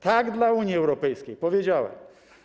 Tak dla Unii Europejskiej, powiedziałem.